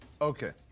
Okay